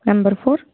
number four